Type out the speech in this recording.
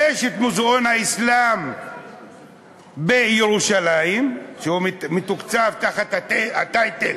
יש מוזיאון האסלאם בירושלים, שמתוקצב תחת הטייטל